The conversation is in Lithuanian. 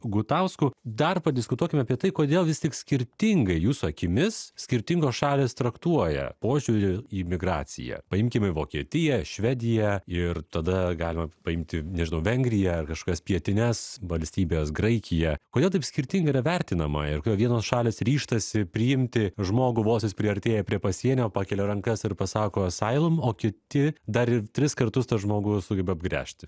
gutausku dar padiskutuokim apie tai kodėl vis tik skirtingai jūsų akimis skirtingos šalys traktuoja požiūrį į migraciją paimkime vokietiją švediją ir tada galima paimti nežinau vengriją ar kažkas pietines valstybes graikiją kodėl taip skirtingai yra vertinama ir kodėl vienos šalys ryžtasi priimti žmogų vos jis priartėja prie pasienio pakelia rankas ir pasako asylum o kiti dar ir tris kartus tą žmogų sugeba apgręžti